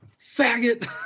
Faggot